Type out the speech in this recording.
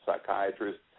psychiatrists